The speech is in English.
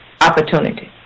opportunity